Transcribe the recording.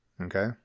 Okay